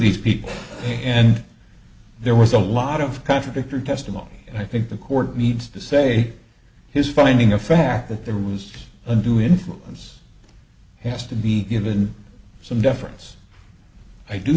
these people and there was a lot of contradictory testimony and i think the court needs to say his finding of fact that there was undue influence has to be given some deference i do